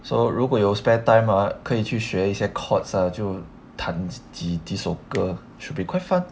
so 如果有 spare time uh 可以去学一些 cords 啊就弹学几几首歌 should be quite fun